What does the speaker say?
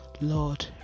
Lord